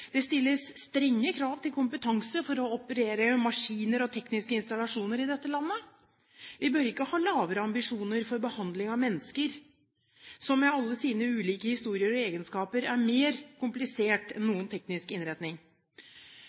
Det stilles strenge krav til kompetanse for å operere maskiner og tekniske installasjoner i dette landet. Vi bør ikke ha lavere ambisjoner for behandling av mennesker, som med alle sine ulike historier og egenskaper er mer kompliserte enn noen teknisk innretning.